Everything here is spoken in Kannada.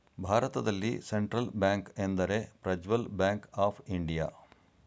ಭಾರತದಲ್ಲಿ ಸೆಂಟ್ರಲ್ ಬ್ಯಾಂಕ್ ಎಂದರೆ ಪ್ರಜ್ವಲ್ ಬ್ಯಾಂಕ್ ಆಫ್ ಇಂಡಿಯಾ